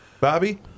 Bobby